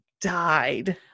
died